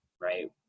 right